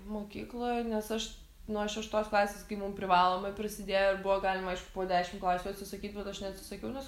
mokykloj nes aš nuo šeštos klasės kai mum privalomai prasidėjo buvo galima aišku po dešim klasių atsisakyt bet aš neatsisakiau nes